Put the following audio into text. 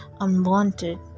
unwanted